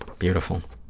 beautiful.